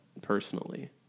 personally